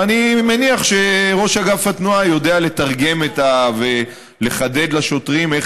אני מניח שראש אגף התנועה יודע לתרגם ולחדד לשוטרים איך